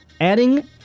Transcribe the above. adding